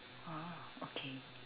oh okay